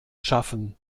schaffen